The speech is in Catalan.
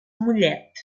mollet